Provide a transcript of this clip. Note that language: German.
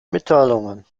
mitteilungen